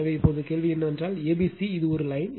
எனவே இப்போது கேள்வி என்னவென்றால் a b c இது ஒரு லைன்